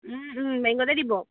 বেংকতে দিব